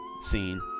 scene